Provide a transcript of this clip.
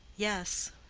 yes,